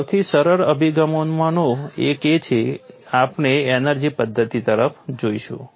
સૌથી સરળ અભિગમમાંનો એક એ છે કે આપણે એનર્જી પદ્ધતિ તરફ જઈશું